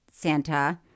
santa